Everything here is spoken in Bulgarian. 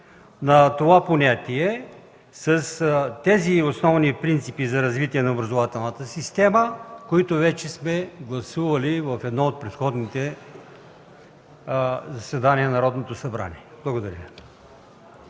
на това понятие с основните принципи за развитие на образователната система, които вече сме гласували в едно от предходните заседания на Народното събрание. Благодаря